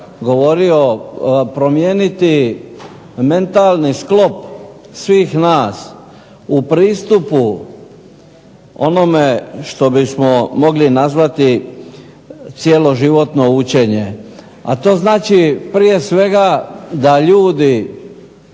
govorio, promijeniti mentalni sklop svih nas u pristupu onome što bismo mogli nazvati cjeloživotno učenje, a to znači prije svega da ljudi